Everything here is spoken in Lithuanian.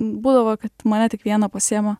būdavo kad mane tik vieną pasiema